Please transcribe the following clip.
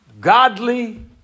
Godly